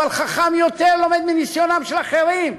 אבל חכם יותר לומד מניסיונם של אחרים.